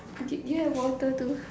okay do you have water too